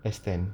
S ten